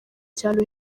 cyane